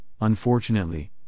unfortunately